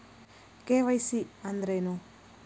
KYC ಅಂದ್ರೇನು?